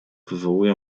wywołuje